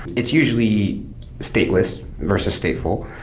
it's usually stateless versus stateful,